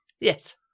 Yes